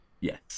Yes